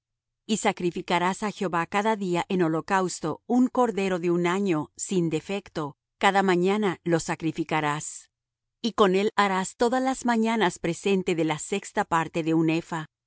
y sacrificarás á jehová cada día en holocausto un cordero de un año sin defecto cada mañana lo sacrificarás y con él harás todas las mañanas presente de la sexta parte de un epha